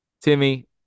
Timmy